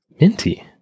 Minty